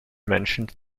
mentioned